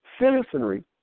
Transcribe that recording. citizenry